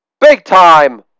big-time